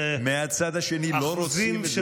מהצד השני לא רוצים את זה.